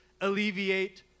alleviate